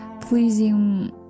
pleasing